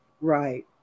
Right